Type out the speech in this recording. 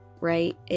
right